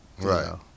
Right